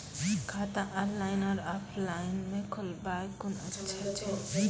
खाता ऑनलाइन और ऑफलाइन म खोलवाय कुन अच्छा छै?